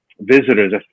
visitors